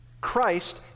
Christ